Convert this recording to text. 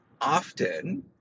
often